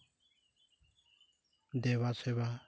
ᱫᱮᱵᱟᱥᱮᱵᱟ